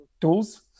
tools